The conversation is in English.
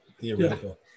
theoretical